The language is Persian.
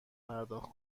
پرداخت